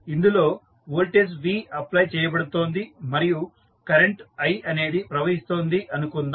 ఇందులో voltage V apply చేయబడుతోంది మరియు కరెంటు i అనేది ప్రవహిస్తోంది అనుకుందాం